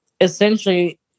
essentially